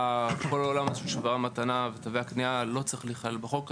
כל העולם של שוברי מתנה ותווי קניה לא צריך להיכלל בחוק הזה.